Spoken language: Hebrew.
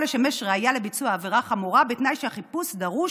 לשמש ראייה לביצוע עבירה חמורה בתנאי שהחיפוש דרוש